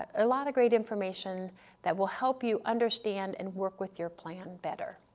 a lot of great information that will help you understand and work with your plan better.